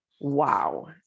wow